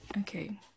okay